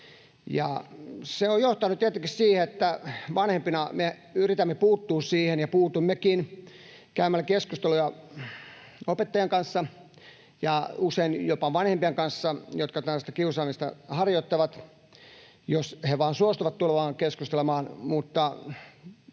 Se on johtanut tietenkin siihen, että vanhempina me yritämme puuttua siihen, ja puutummekin, käymällä keskusteluja opettajan kanssa ja usein jopa niiden lasten vanhempien kanssa, jotka tällaista kiusaamista harjoittavat, jos he vain suostuvat tulemaan keskustelemaan,